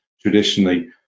traditionally